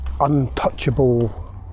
untouchable